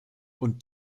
und